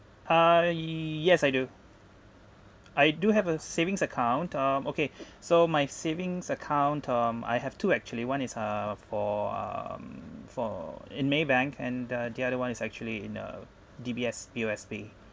uh yes I do I do have a savings account um okay so my savings account um I have two actually one is uh for um for in Maybank and the other one is actually in the D_B_S P_O_S_B